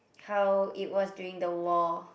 how it was during the war